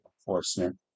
Enforcement